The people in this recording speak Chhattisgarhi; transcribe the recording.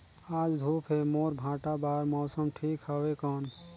आज धूप हे मोर भांटा बार मौसम ठीक हवय कौन?